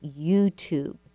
YouTube